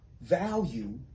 value